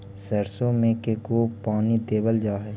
सरसों में के गो पानी देबल जा है?